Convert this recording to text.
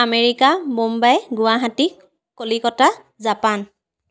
America Mumbai Guwahati Kolkata Japan